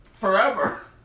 forever